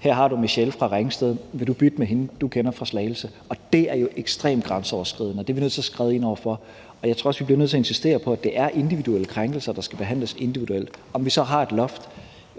Her har du Michelle fra Ringsted – vil du kunne bytte med hende, du kender fra Slagelse? Det er jo ekstremt grænseoverskridende, og det er vi nødt til at skride ind over for. Jeg tror også, vi bliver nødt til at insistere på, at det er individuelle krænkelser, der skal behandles individuelt. Hvad angår spørgsmålet, om vi skal have et loft, så